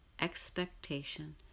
expectation